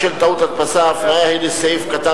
בשל טעות הדפסה ההפניה היא לסעיף קטן